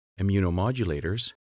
immunomodulators